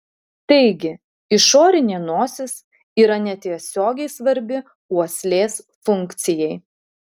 taigi išorinė nosis yra netiesiogiai svarbi uoslės funkcijai